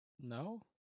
No